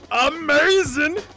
Amazing